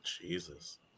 Jesus